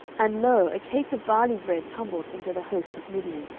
and, lo, a cake of barley bread tumbled into the host of midian,